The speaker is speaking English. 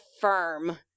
firm